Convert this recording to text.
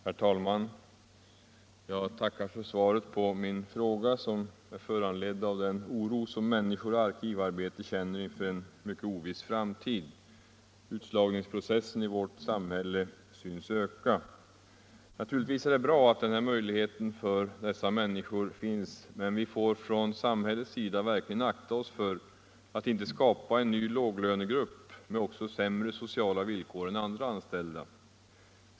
Herr talman! Jag tackar för svaret på min fråga, som är föranledd av den oro som människor i arkivarbete känner inför en mycket oviss framtid. Utslagningsprocessen i vårt samhälle tycks öka. Naturligtvis är det bra att denna möjlighet med arkivarbete finns för dessa människor, men från samhällets sida får vi akta oss, så att vi inte skapar en ny låglönegrupp med sämre sociala villkor än andra anställda.